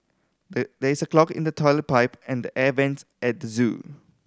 the there is a clog in the toilet pipe and the air vents at the zoo